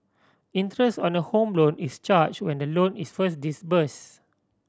interest on a Home Loan is charge when the loan is first disburse